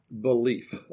belief